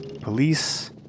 police